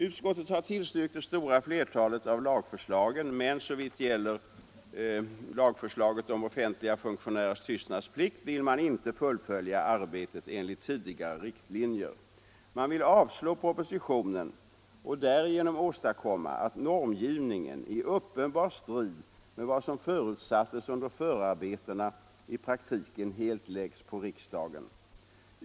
Utskottet har tillstyrkt det stora flertalet av lagförslagen, men såvitt gäller lagförslaget om offentliga funktionärers tystnadsplikt vill man inte fullfölja arbetet enligt tidigare riktlinjer. Man vill avslå propositionen och därigenom åstadkomma att normgivningen i uppenbar strid med vad som förutsattes under förarbetena i praktiken helt läggs på riksdagen.